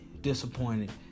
disappointed